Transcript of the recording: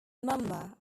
member